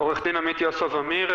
אני עורך-הדין עמית יוסף אמיר,